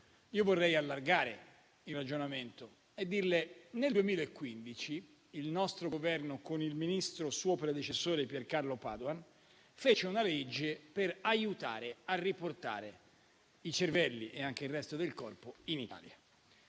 Io vorrei allargare il ragionamento e dirle che nel 2015 il nostro Governo, con il ministro suo predecessore Piercarlo Padoan, fece una legge per aiutare a riportare i cervelli (e anche il resto del corpo) in Italia.